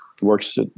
works